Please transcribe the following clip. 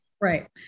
Right